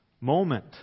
moment